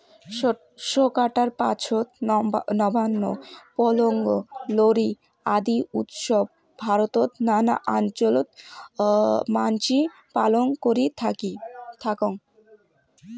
শস্য কাটার পাছত নবান্ন, পোঙ্গল, লোরী আদি উৎসব ভারতত নানান অঞ্চলত মানসি পালন করি থাকং